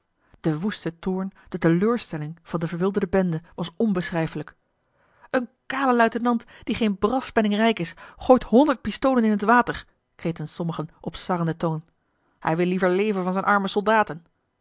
de woeste toorn de teleurstelling van de verwilderde bende was onbeschrijfelijk een kale luitenant die geen braspenning rijk is gooit honderd pistolen in t water kreten sommigen op sarrenden toon hij wil liever leven van zijne arme soldaten